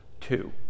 Two